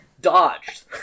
dodged